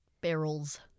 Barrels